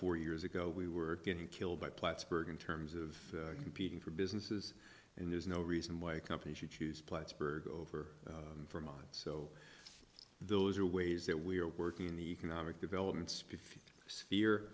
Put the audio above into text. four years ago we were getting killed by plattsburgh in terms of competing for businesses and there's no reason why a company should choose plattsburgh over for mine so those are ways that we are working in the economic development